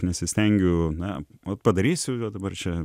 nesistengiu na ot padarysiu dabar čia